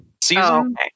season